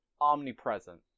omnipresent